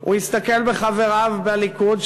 הוא יסתכל בחבריו בליכוד,